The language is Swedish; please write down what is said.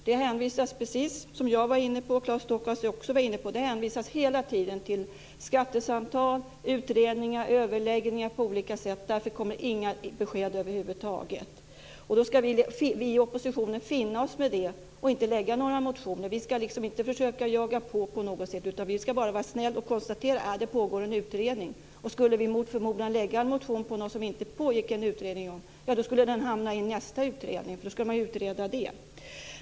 Det hänvisas hela tiden, precis som jag var inne på och som Claes Stockhaus också var inne på, till skattesamtal, utredningar, överläggningar på olika sätt. Därför kommer inga besked över huvud taget. Då ska vi i oppositionen finna oss i det och inte lägga fram några motioner. Vi ska inte försöka jaga på på något sätt utan vi ska bara vara snälla och konstatera att det pågår en utredning. Skulle vi mot förmodan lägga fram en motion om något som det inte pågår en utredning om skulle den hamna i nästa utredning, för då skulle man utreda det.